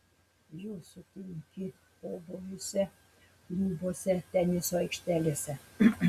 jų sutinki pobūviuose klubuose teniso aikštelėse